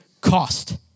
cost